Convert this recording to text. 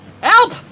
HELP